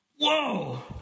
Whoa